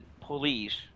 police